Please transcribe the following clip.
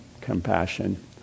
compassion